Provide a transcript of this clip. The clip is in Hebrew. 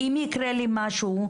"אם יקרה לי משהו,